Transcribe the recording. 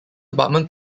apartment